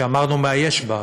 שאמרנו מה יש בה,